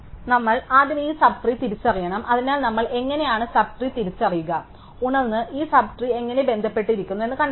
നമ്മൾ ആദ്യം ഈ സബ് ട്രീ തിരിച്ചറിയണം അതിനാൽ നമ്മൾ എങ്ങനെയാണ് സബ് ട്രീ തിരിച്ചറിയുക ഉണർന്ന് ഈ സബ് ട്രീ എങ്ങനെ ബന്ധപ്പെട്ടിരിക്കുന്നു എന്ന് കണ്ടെത്തുക